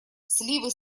сливы